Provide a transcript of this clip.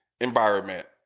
environment